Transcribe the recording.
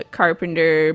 carpenter